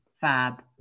Fab